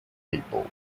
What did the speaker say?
people